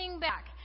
back